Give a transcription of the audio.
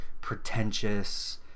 pretentious